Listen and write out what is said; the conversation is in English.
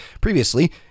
Previously